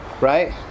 Right